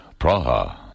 Praha